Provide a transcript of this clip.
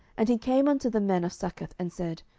and he came unto the men of succoth, and said,